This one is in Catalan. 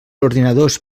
ordinadors